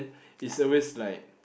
it's always like